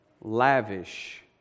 lavish